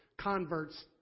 converts